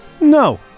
No